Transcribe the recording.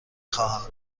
خواهم